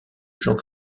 jean